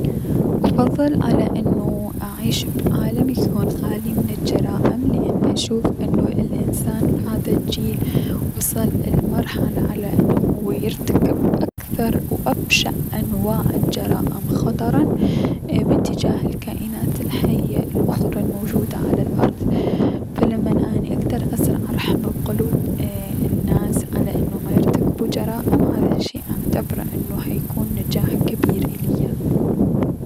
افضل انو اعيش بعالم يكون خالي من الجرائم لأن اشوف الأنسان بهذا الجيل وصل لمرحلة على انو هو يرتكب اكثر و ابشع انواع الجرائم خطرا بلأتجاه الكائنات الحية الأخرى الموجودة على الأرض، فلمن اني اكدر ازرع رحمة بقلوب اي- الناس على انو ميرتكبو جرائم هذا الشي راح اعتبره نجاح كلش جبير اليا.